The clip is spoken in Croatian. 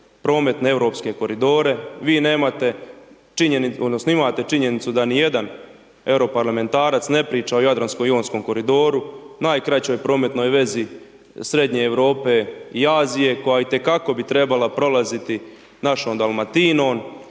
prometne europske koridore. Vi nemate činjenicu, odnosno imate činjenicu da niti jedan europarlamentarac ne priča o Jadransko jonskom koridoru najkraćoj prometnoj vezi Srednje Europe i Azije koja i te kako bi trebala prolaziti našom Dalmatinom